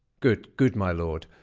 good, good, my lord,